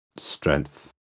strength